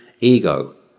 ego